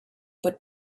but